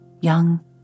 young